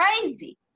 crazy